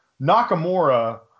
Nakamura